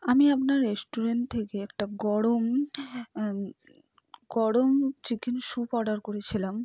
আমি আপনার রেস্টুরেন্ট থেকে একটা গরম গরম চিকেন স্যুপ অর্ডার করেছিলাম